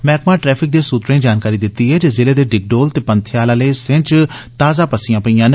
मैहकमा ट्रैफिक दे सूत्रें जानकारी दित्ती ऐ जे जिले दे डिगडोल ते पंथेआल आले हिस्सें च ताजा पस्सियां पेइयां न